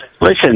Listen